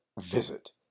visit